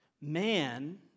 Man